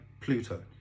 Pluto